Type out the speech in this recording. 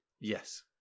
Yes